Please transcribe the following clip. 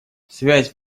связь